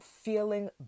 feeling